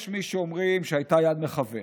יש מי שאומרים שהייתה יד מכוונת,